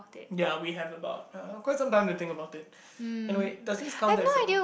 ya we have about uh quite sometime to think about it anyway does this count as uh